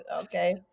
okay